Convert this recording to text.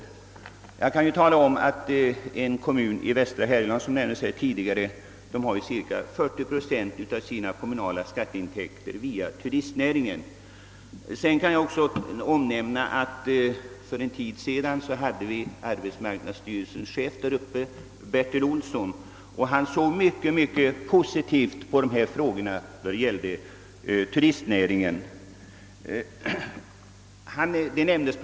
Som exempel kan jag anföra att en kommun i västra Härjedalen, som nämnts här tidigare, får cirka 40 procent av sina kommunala skatteintäkter via turistnäringen. För en tid sedan var arbetsmarknadsstyrelsens chef, Bertil Olsson, där uppe. Han såg mycket positivt på dessa frågor beträffande turistnäringen.